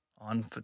on